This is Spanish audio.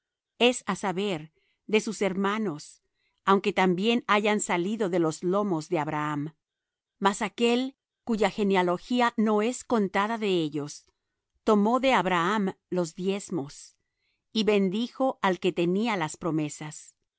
es á saber de sus hermanos aunque también hayan salido de los lomos de abraham mas aquél cuya genealogía no es contada de ellos tomó de abraham los diezmos y bendijo al que tenía las promesas